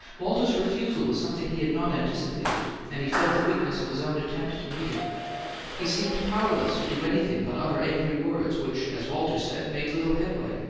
walter's refusal was something he had not anticipated and he felt the weakness of his own attempt to meet it he seemed powerless to do anything but utter angry words, which, as walter said, made little headway.